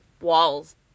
walls